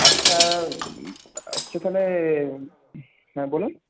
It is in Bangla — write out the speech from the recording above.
আচ্ছা আচ্ছা তাহলে হ্যাঁ বলুন